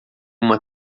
uma